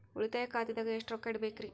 ಉಳಿತಾಯ ಖಾತೆದಾಗ ಎಷ್ಟ ರೊಕ್ಕ ಇಡಬೇಕ್ರಿ?